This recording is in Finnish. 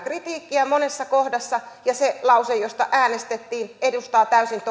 kritiikkiä monessa kohdassa ja se lause josta äänestettiin edustaa täysin toisenlaista